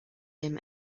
him